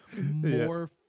more